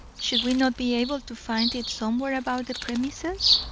should we not be able to find it somewhere about the premises?